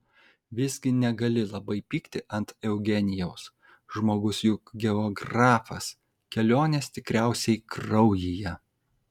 visgi negali labai pykti ant eugenijaus žmogus juk geografas kelionės tikriausiai kraujyje